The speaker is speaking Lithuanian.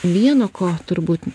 vieno ko turbūt